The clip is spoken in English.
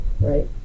right